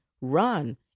run